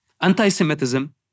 anti-Semitism